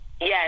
Yes